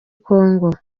kongo